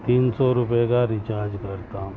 تین سو روپئے کا ریچارج کرتا ہوں